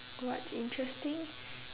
what's interesting